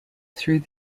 through